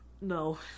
No